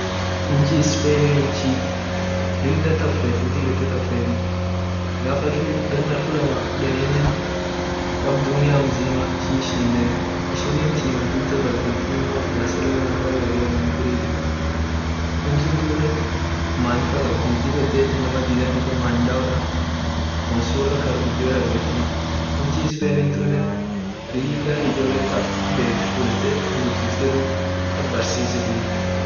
Inchi spain inchi lila tabetu gaf elfu lama kudeni tab dunia mzima ishite shinde ishine timu guda qabdi timu ak barcelona faa real madrid faa inchi tunne dib et maya qabd inama dida dufe manya dawota inchi tunne lila ijole tab bedd fudeti gudifte tab barsisit.